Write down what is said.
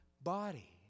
body